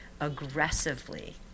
aggressively